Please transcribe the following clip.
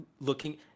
looking